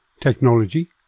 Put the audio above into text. technology